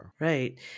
Right